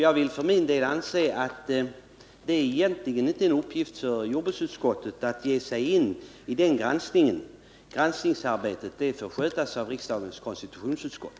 Jag anser för min del att jordbruksutskottet egentligen inte skall ge sig in i det granskningsarbetet — det får skötas av riksdagens konstitutionsutskott.